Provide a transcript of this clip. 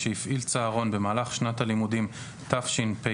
שהפעיל צהרון במהלך שנת הלימודים התשפ"ב